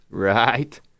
right